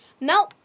Now